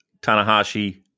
Tanahashi